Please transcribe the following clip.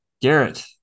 Garrett